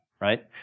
right